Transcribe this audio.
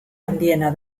handiena